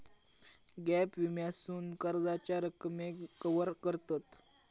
gap विम्यासून कर्जाच्या रकमेक कवर करतत